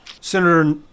Senator